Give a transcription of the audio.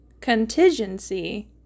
Contingency